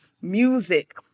music